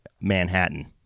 Manhattan